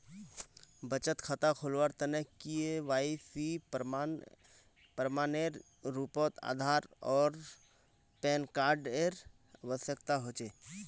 बचत खता खोलावार तने के.वाइ.सी प्रमाण एर रूपोत आधार आर पैन कार्ड एर आवश्यकता होचे